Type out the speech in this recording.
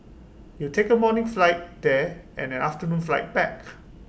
you'll take A morning flight there and an afternoon flight back